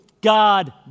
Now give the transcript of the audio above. God